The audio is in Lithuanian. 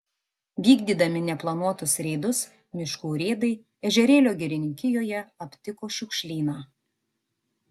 vykdydami neplanuotus reidus miškų urėdai ežerėlio girininkijoje aptiko šiukšlyną